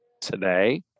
today